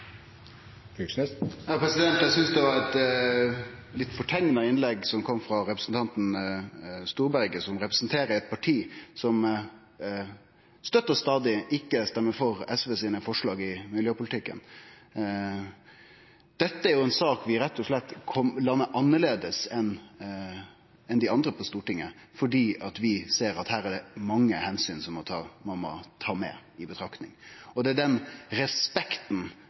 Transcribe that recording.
Fylkesnes har hatt ordet to ganger tidligere i debatten og får ordet til en kort merknad, begrenset til 1 minutt. Eg synest det var eit litt forteikna innlegg som kom frå representanten Storberget, som representerer eit parti som støtt og stadig ikkje stemmer for SVs forslag i miljøpolitikken. Dette er ei sak vi rett og slett landar annleis enn dei andre partia på Stortinget, fordi vi ser at her er det mange omsyn ein må ta i betraktning. Og det er den respekten